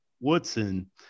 woodson